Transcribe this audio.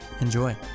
Enjoy